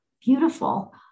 Beautiful